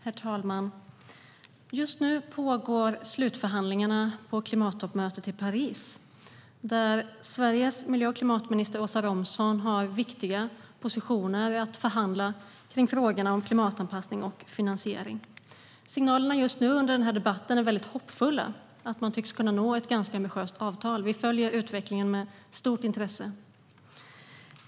Herr talman! Just nu pågår slutförhandlingarna på klimattoppmötet i Paris. Där har Sveriges miljö och klimatminister Åsa Romson viktiga positioner att förhandla om när det gäller klimatanpassning och finansiering. Signalerna just nu, under den här debatten, är mycket hoppfulla om att man tycks kunna nå ett ganska ambitiöst avtal. Vi följer utvecklingen med stort intresse.